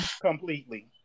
Completely